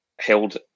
held